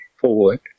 forward